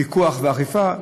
פיקוח ואכיפה.